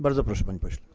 Bardzo proszę, panie pośle.